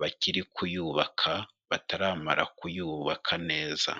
bakiri kuyubaka, bataramara kuyubaka neza.